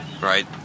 right